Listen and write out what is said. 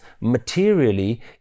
materially